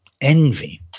envy